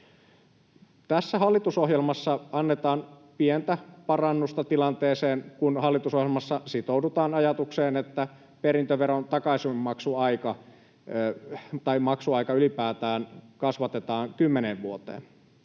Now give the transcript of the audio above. Tässä hallitusohjelmassa annetaan pientä parannusta tilanteeseen, kun hallitusohjelmassa sitoudutaan ajatukseen, että perintöveron takaisinmaksuaika, tai maksuaika ylipäätään, kasvatetaan kymmeneen vuoteen.